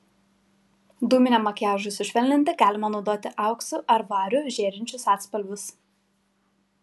dūminiam makiažui sušvelninti galima naudoti auksu ar variu žėrinčius atspalvius